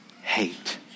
hate